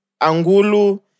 Angulu